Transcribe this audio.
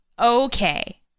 okay